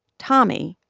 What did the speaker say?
tommy,